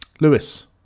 Lewis